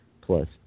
plus